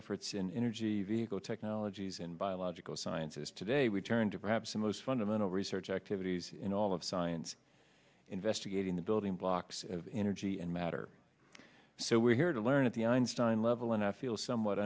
efforts in inner g v go technologies and biological sciences today we turn to perhaps the most fundamental research activities in all of science investigating the building blocks of energy and matter so we're here to learn at the einstein level and i feel somewhat